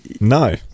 No